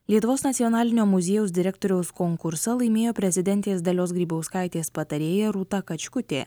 lietuvos nacionalinio muziejaus direktoriaus konkursą laimėjo prezidentės dalios grybauskaitės patarėja rūta kačkutė